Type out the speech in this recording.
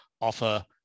offer